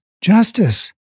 justice